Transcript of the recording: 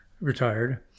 retired